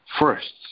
first